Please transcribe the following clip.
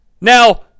Now